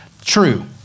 true